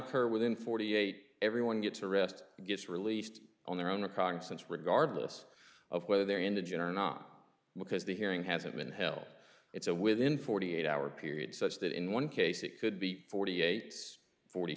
occur within forty eight everyone gets a rest gets released on their own a constant regardless of whether they're indigent and not because the hearing hasn't been held it's a within forty eight hour period such that in one case it could be forty eight forty